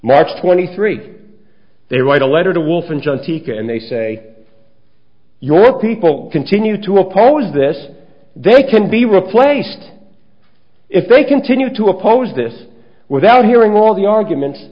march twenty three they write a letter to wolf and john tikrit and they say your people continue to oppose this they can be replaced if they continue to oppose this without hearing all the arguments